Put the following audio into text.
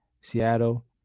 Seattle